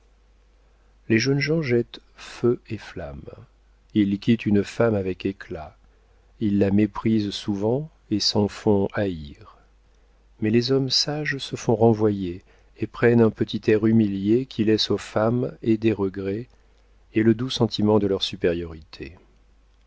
les jeunes gens jettent feu et flamme ils quittent une femme avec éclat ils la méprisent souvent et s'en font haïr mais les hommes sages se font renvoyer et prennent un petit air humilié qui laisse aux femmes et des regrets et le doux sentiment de leur supériorité